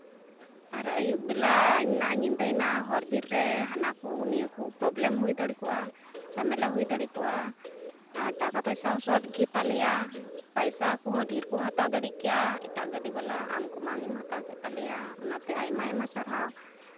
ᱟᱨ ᱟᱹᱭᱩᱵ ᱵᱮᱞᱟ ᱟᱭᱢᱟ ᱧᱤᱫᱟᱹᱭᱮᱱᱟ ᱦᱚᱨ ᱵᱤᱨ ᱨᱮ ᱦᱟᱱᱟᱠᱚ ᱱᱤᱭᱟᱹ ᱠᱚ ᱯᱨᱚᱵᱞᱮᱢ ᱦᱩᱭ ᱫᱟᱲᱮ ᱠᱚᱜᱼᱟ ᱡᱷᱟᱢᱮᱞᱟ ᱦᱩᱭ ᱫᱟᱲᱮ ᱠᱚᱜᱼᱟ ᱟᱨ ᱴᱟᱠᱟ ᱯᱚᱭᱥᱟ ᱦᱚᱸ ᱥᱚᱨᱴ ᱜᱮᱛᱟ ᱞᱮᱭᱟ ᱯᱚᱭᱥᱟ ᱠᱚᱦᱚᱸ ᱰᱷᱮᱨ ᱠᱚ ᱦᱟᱛᱟᱣ ᱫᱟᱲᱮ ᱠᱮᱭᱟ ᱮᱴᱟᱜ ᱜᱟᱹᱰᱤ ᱵᱟᱞᱟ ᱟᱢ ᱠᱚᱢ ᱜᱮᱢ ᱦᱟᱛᱟᱣ ᱠᱮᱫ ᱛᱟᱞᱮᱭᱟ ᱚᱱᱟᱛᱮ ᱟᱭᱢᱟ ᱟᱭᱢᱟ ᱥᱟᱨᱦᱟᱣ